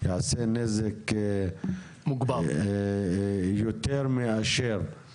יגרום נזק יותר מאשר נגרם